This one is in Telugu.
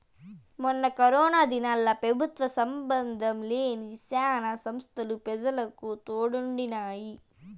మొన్న కరోనా దినాల్ల పెబుత్వ సంబందం లేని శానా సంస్తలు పెజలకు తోడుండినాయి